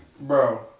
Bro